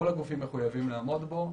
כל הגופים מחויבים לעמוד בו.